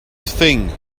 thing